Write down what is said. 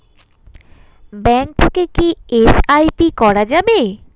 Bank থেকে কী SIP করা যাবে?